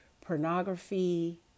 pornography